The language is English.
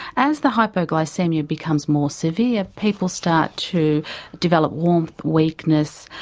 as the hypoglycaemia becomes more severe people start to develop warmth, weakness,